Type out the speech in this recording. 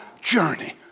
journey